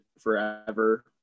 Forever